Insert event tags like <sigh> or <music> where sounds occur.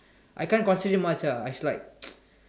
I can't concentrate much lah it's like <noise>